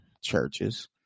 churches